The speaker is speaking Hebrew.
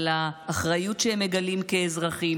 על האחריות שהם מגלים כאזרחים,